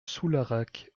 soularac